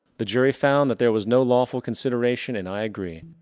the jury found that there was no lawful consideration and i agree.